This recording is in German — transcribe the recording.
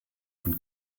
von